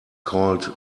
called